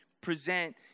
present